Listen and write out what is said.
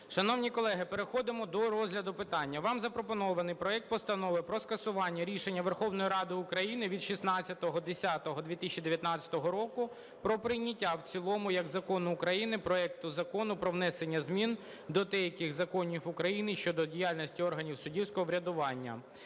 Шановні колеги, переходимо до розгляду питання. Вам запропонований проект Постанови про скасування рішення Верховної Ради України від 16.10.2019 року про прийняття в цілому як закону України проекту Закону про внесення змін до деяких законів України щодо діяльності органів суддівського врядування